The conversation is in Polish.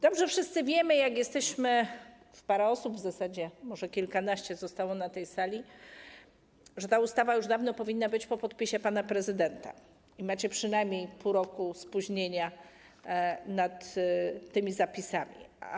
Dobrze wszyscy wiemy jak tutaj jesteśmy, w parę osób w zasadzie, może kilkanaście zostało na tej sali, że ta ustawa już dawno powinna być po podpisie pana prezydenta i że macie przynajmniej pół roku spóźnienia w pracach nad tymi zapisami.